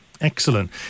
Excellent